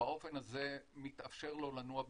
באופן הזה מתאפשר לו לנוע בביטחון.